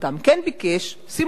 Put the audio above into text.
כן ביקש" שימו לב,